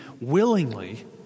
willingly